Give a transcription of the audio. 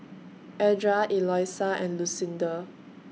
Edra Eloisa and Lucinda